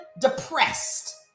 depressed